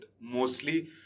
mostly